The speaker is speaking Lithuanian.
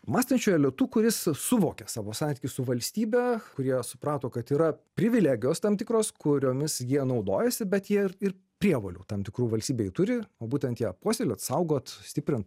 mąstančiu elitu kuris suvokia savo santykius su valstybe kurie suprato kad yra privilegijos tam tikros kuriomis jie naudojasi bet jie ir ir prievolių tam tikrų valstybei turi va būtent ją puoselėt saugot stiprint